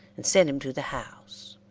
and send him to the house.